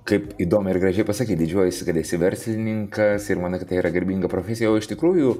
kaip įdomiai ir gražiai pasakei didžiuojiesi kad esi verslininkas ir manai kad tai yra garbinga profesija iš tikrųjų